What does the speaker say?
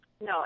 No